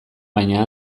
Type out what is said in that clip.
baina